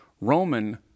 Roman